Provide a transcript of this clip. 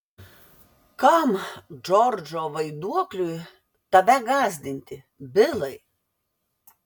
kam džordžo vaiduokliui tave gąsdinti bilai